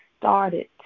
started